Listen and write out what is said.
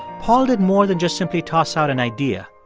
paul did more than just simply toss out an idea.